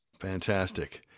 Fantastic